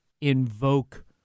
invoke